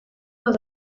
les